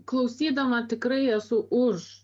klausydama tikrai esu už